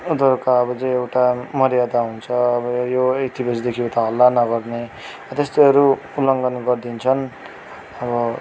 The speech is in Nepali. उनीहरूको जे एउटा मर्यादा हुन्छ अब यो यति बजीदेखि यता हल्ला नगर्ने त्यस्तोहरू उलङ्घन गरिदिन्छन् अब